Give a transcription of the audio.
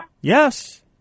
Yes